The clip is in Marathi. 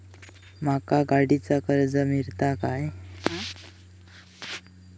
माका गाडीचा कर्ज मिळात काय?